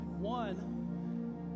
One